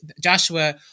Joshua